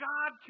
God